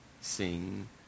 sing